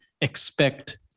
expect